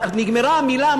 נגמרה המילה,